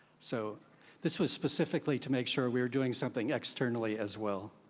so this was specifically to make sure we are doing something externally as well.